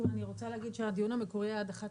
אני רק רוצה להגיד לך שהדיון המקורי היה עד 11